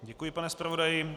Děkuji, pane zpravodaji.